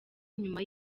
nyuma